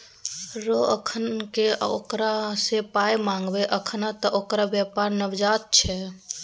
रौ अखन की ओकरा सँ पाय मंगबै अखन त ओकर बेपार नवजात छै